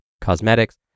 cosmetics